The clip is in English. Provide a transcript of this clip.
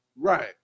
Right